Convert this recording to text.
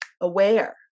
aware